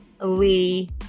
Lee